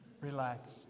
Relax